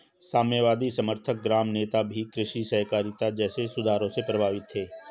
साम्यवादी समर्थक ग्राम नेता भी कृषि सहकारिता जैसे सुधारों से प्रभावित थे